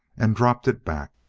and dropped it back.